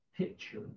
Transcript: picture